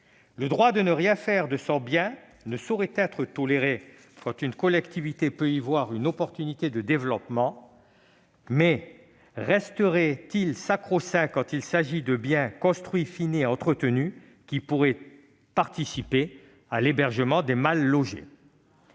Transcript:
Le droit de ne rien faire de son bien ne saurait être toléré, quand une collectivité peut y voir une opportunité de développement, mais resterait-il sacro-saint, quand il s'agit de biens construits, finis et entretenus qui pourraient participer à l'hébergement des mal-logés ?